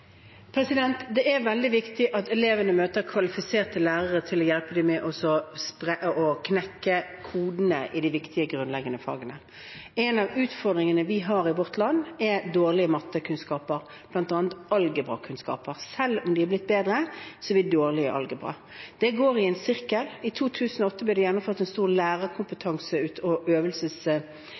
Det er veldig viktig at elevene møter kvalifiserte lærere som kan hjelpe dem med å knekke kodene i de viktige, grunnleggende fagene. En av utfordringene vi har i vårt land, er dårlige mattekunnskaper, bl.a. algebrakunnskaper. Selv om de er blitt bedre, er vi dårlige i algebra. Det går i sirkel. I 2008 ble det gjennomført en stor lærerkompetanse- og